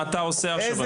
מה אתה עושה עכשיו?